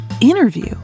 interview